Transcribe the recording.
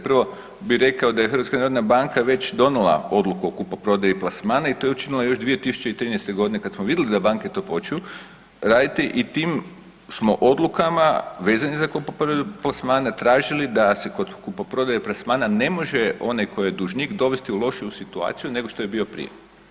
Prvo bih rekao da HNB već donijela odluku o kupoprodaji plasmana i to je učinila još 2013. g. kad smo vidli da banke to počinju raditi i tim smo odlukama vezani za kupoprodaju plasmana tražili da se kod kupoprodaje plasmana ne može one koji je dužnik dovesti u lošiju situaciju nego što je bio prije.